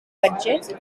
budget